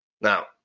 Now